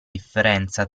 differenza